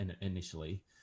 initially